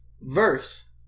Verse